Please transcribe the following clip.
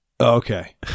Okay